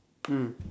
mm